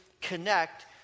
connect